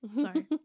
Sorry